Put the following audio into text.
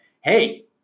hey